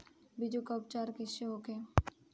बीजो उपचार कईसे होखे?